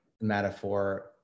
metaphor